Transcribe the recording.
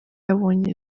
yabonye